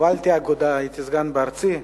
הובלתי אגודה, הייתי סגן בארגון הארצי,